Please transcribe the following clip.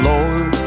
Lord